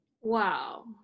Wow